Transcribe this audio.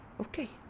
okay